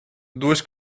duas